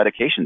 medications